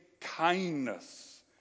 kindness